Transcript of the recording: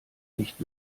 nicht